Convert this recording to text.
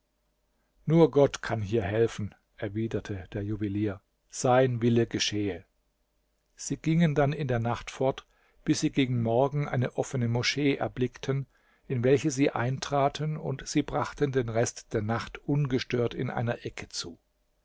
nur gott kann hier helfen erwiderte der juwelier sein wille geschehe sie gingen dann in der nacht fort bis sie gegen morgen eine offene moschee erblickten in welche sie eintraten und sie brachten den rest der nacht ungestört in einer ecke zu